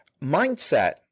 Mindset